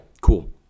cool